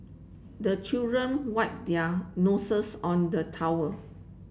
the children wipe their noses on the towel